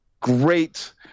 great